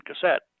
cassette